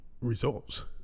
results